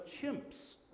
chimp's